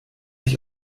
ich